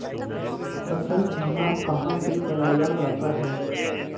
फसल बीमा कहाँ से कराया जाता है?